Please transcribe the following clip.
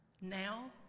Now